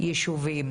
יישובים